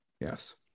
yes